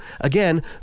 again